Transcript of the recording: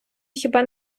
хіба